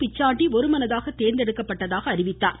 பிச்சாண்டி ஒருமனதாக தேர்ந்தெடுக்கப்பட்டதாக அறிவித்தார்